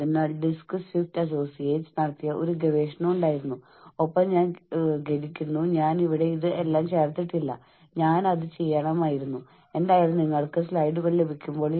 കൂടാതെ human resource മാനേജരുടെ വീക്ഷണകോണിൽ ഓർഗനൈസേഷനിലെ എല്ലാ ആളുകളും ജോലിസ്ഥലത്ത് സുഖമായിരിക്കുക എന്നത് തികച്ചും അനിവാര്യമാണ്